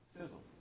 Sizzle